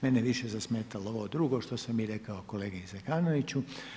Mene je više zasmetalo ovo drugo što sam i rekao kolegi Zekanoviću.